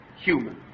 human